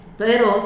pero